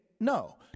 No